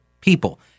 people